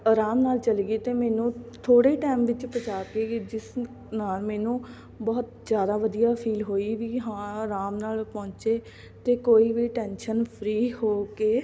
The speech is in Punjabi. ਅਰਾਮ ਨਾਲ ਚਲੀ ਗਈ ਅਤੇ ਮੈਨੂੰ ਥੋੜ੍ਹੇ ਹੀ ਟੈਮ ਵਿੱਚ ਪਹੁੰਚਾ ਕੇ ਗਏ ਜਿਸ ਨਾਲ ਮੈਨੂੰ ਬਹੁਤ ਜ਼ਿਆਦਾ ਵਧੀਆ ਫੀਲ ਹੋਈ ਵੀ ਹਾਂ ਅਰਾਮ ਨਾਲ ਪਹੁੰਚੇ ਅਤੇ ਕੋਈ ਵੀ ਟੈਨਸ਼ਨ ਫਰੀ ਹੋ ਕੇ